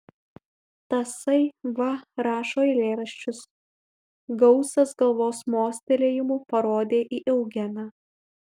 tasai va rašo eilėraščius gausas galvos mostelėjimu parodė į eugeną